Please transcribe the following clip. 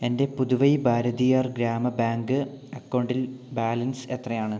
എൻ്റെ പുതുവൈ ഭാരതിയാർ ഗ്രാമ ബാങ്ക് അക്കൗണ്ടിൽ ബാലൻസ് എത്രയാണ്